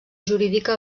jurídica